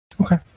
Okay